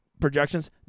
projections